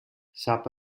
sap